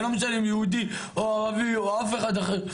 זה לא משנה אם יהודי או ערבי או אף אחד אחר,